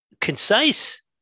concise